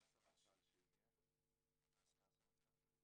נר שמיני של חנוכה.